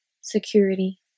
security